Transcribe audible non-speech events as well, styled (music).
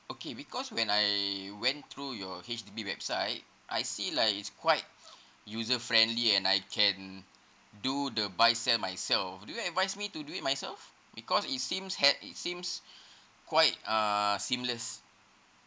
okay because when I went through your H_D_B website I see like is quite user friendly and I can do the buy sell myself do you advise me to do it myself because it seems had it seems (breath) quite uh seamless